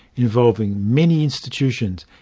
involving many institutions,